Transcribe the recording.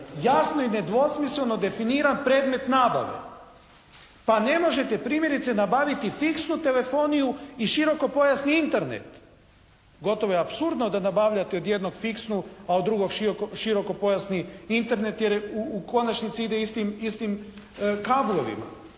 jasno i nedvosmisleno definiran predmet nabave. Pa ne možete primjerice nabaviti fiksnu telefoniju i širokopojasni Internet. Gotovo je apsurdno da nabavljate od jednog fiksnu, a od drugog širokopojasni Internet jer u konačnici ide istim kablovima.